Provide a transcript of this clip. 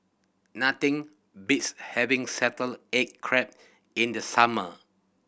nothing beats having salted egg crab in the summer